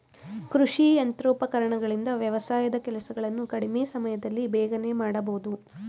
ಕೃಷಿ ಯಂತ್ರೋಪಕರಣಗಳಿಂದ ವ್ಯವಸಾಯದ ಕೆಲಸಗಳನ್ನು ಕಡಿಮೆ ಸಮಯದಲ್ಲಿ ಬೇಗನೆ ಮಾಡಬೋದು